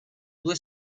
due